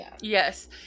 Yes